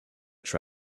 track